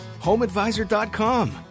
HomeAdvisor.com